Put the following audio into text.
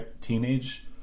teenage